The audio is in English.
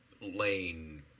Lane